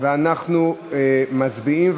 אנחנו מצביעים.